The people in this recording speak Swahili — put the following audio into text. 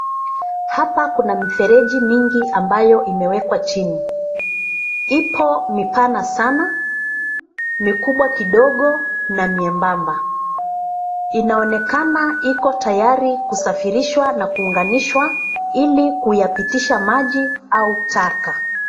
Hapa kuna mifereji mingi ambayo imewekwa chini. Ipo mipana sana, mikubwa kidogo na miembamba. Inaonekana iko tayari kusafirishwa na kuunganishwa ili kuyapitisha maji au taka.